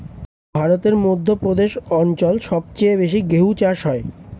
ভারতের মধ্য প্রদেশ অঞ্চল সবচেয়ে বেশি গেহু চাষ হয়